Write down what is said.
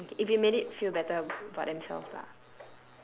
okay if it made it feel better about themselves lah